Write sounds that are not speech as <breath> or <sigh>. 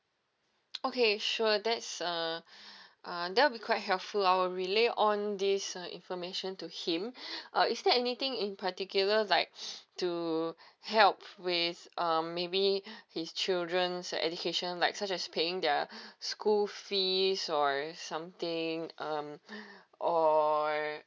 <noise> okay sure that's uh <breath> uh that'll be quite helpful I'll relay on this uh information to him <breath> uh is there anything in particular like <breath> to help with um maybe his children's education like such as paying their school fees or something um or